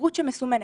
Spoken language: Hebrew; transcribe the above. בגרות שמסומנת.